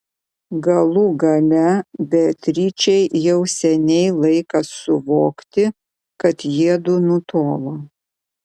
galų gale beatričei jau seniai laikas suvokti kad jiedu nutolo